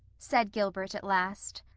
said gilbert at last.